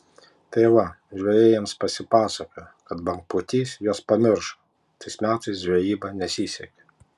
tai va žvejai jiems pasipasakojo kad bangpūtys juos pamiršo tais metais žvejyba nesisekė